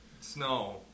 snow